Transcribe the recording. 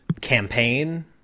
campaign